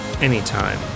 anytime